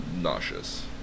Nauseous